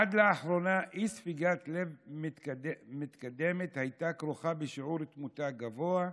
עד לאחרונה אי-ספיקת לב מתקדמת הייתה כרוכה בשיעור תמותה גבוה,